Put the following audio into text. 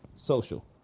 Social